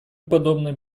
подобные